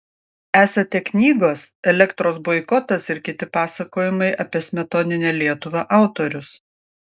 esate knygos elektros boikotas ir kiti pasakojimai apie smetoninę lietuvą autorius